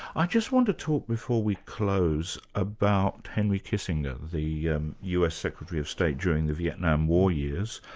i just want to talk before we close about henry kissinger, the us secretary of state during the vietnam war years,